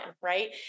Right